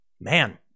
Man